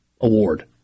award